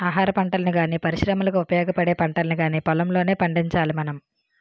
ఆహారపంటల్ని గానీ, పరిశ్రమలకు ఉపయోగపడే పంటల్ని కానీ పొలంలోనే పండించాలి మనం